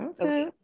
Okay